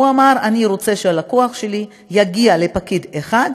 הוא אמר: אני רוצה שהלקוח שלי יגיע לפקיד אחד,